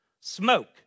smoke